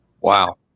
Wow